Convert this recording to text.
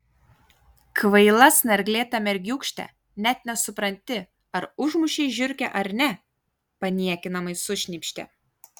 kvaila snarglėta mergiūkšte net nesupranti ar užmušei žiurkę ar ne paniekinamai sušnypštė